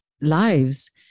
lives